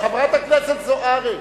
חברת הכנסת זוארץ,